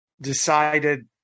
decided